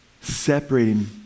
Separating